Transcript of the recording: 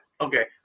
okay